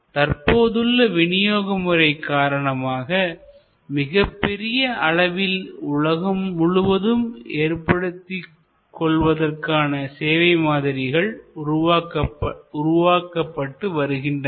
ஆனால் தற்போது உள்ள விநியோக முறை காரணமாக மிகப்பெரிய அளவில் உலகம் முழுவதும் ஏற்படுத்திக் கொள்வதற்கான சேவை மாதிரிகள் உருவாக்கப்பட்டு வருகின்றன